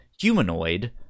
humanoid